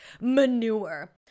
manure